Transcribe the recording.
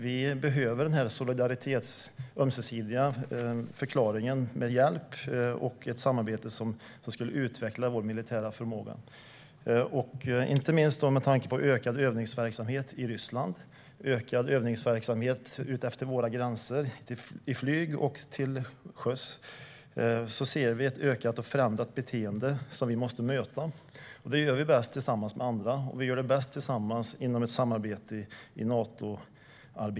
Vi behöver den ömsesidiga solidaritetsförklaringen om hjälp och ett samarbete som skulle utveckla vår militära förmåga. Det gäller inte minst med tanke på ökad övningsverksamhet i Ryssland, ökad övningsverksamhet utefter våra gränser med flyg och till sjöss. Vi ser ett ökat och förändrat beteende som vi måste möta. Det gör vi bäst tillsammans med andra. Och vi gör det bäst inom ett samarbete i Nato.